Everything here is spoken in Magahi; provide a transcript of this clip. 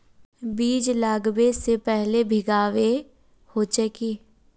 बीज लागबे से पहले भींगावे होचे की?